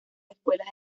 escuelas